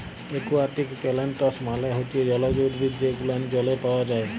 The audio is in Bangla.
একুয়াটিক পেলেনটস মালে হচ্যে জলজ উদ্ভিদ যে গুলান জলে পাওয়া যায়